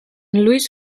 luis